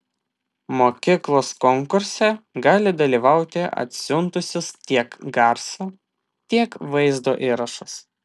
mokyklos konkurse gali dalyvauti atsiuntusios tiek garso tiek vaizdo įrašus